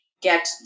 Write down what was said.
get